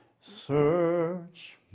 Search